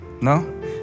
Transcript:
No